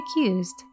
accused